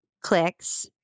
clicks